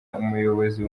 umuyobozi